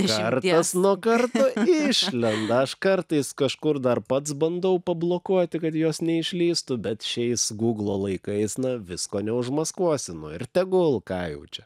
kartas nuo karto išlenda aš kartais kažkur dar pats bandau pablokuoti kad jos neišlįstų bet šiais guglo laikais na visko neužmaskuosi nu ir tegul ką jau čia